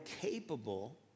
capable